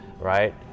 Right